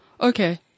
Okay